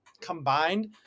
combined